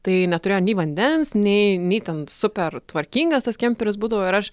tai neturėjo nei vandens nei nei ten super tvarkingas tas kemperis būdavo ir aš